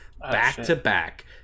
back-to-back